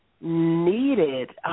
needed